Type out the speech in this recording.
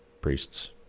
priests